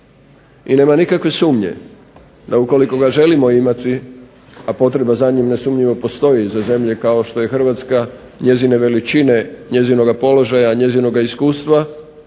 I nema nikakve sumnje da ukoliko ga želimo imati, a potreba za njim nesumnjivo postoji za zemlje kao što je Hrvatska, njezine veličine, njezinoga položaja, njezinoga iskustva